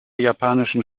japanischen